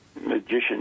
magician